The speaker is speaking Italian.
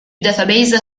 database